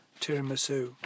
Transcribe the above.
tiramisu